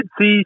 see